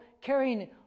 carrying